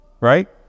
Right